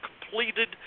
completed